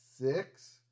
six